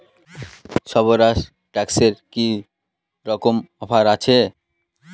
স্বরাজ ট্র্যাক্টরে কি রকম অফার আছে?